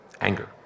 anger